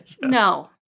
No